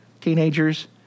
Teenagers